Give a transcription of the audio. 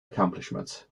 accomplishments